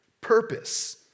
purpose